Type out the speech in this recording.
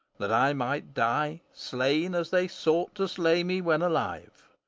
that i may die slain as they sought to slay me, when alive.